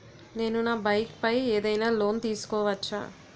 నేను నా బైక్ పై ఏదైనా లోన్ తీసుకోవచ్చా?